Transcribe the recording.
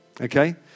Okay